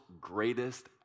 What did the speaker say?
greatest